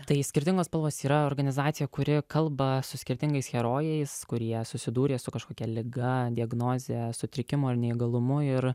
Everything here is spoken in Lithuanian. tai skirtingos spalvos yra organizacija kuri kalba su skirtingais herojais kurie susidūrė su kažkokia liga diagnoze sutrikimu ar neįgalumu ir